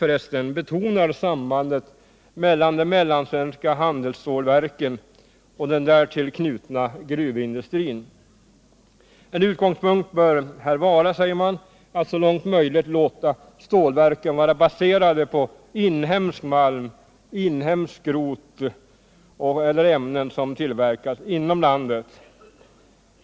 i enighet, betonar sambandet mellan de mellansvenska handelsstålverken och den därtill knutna gruvindustrin. En utgångspunkt bör här vara, säger man, att så långt möjligt låta stålverken vara baserade på inhemsk malm, inhemskt skrot eller ämnen som tillverkas inom landet.